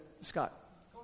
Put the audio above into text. Scott